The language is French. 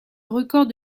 record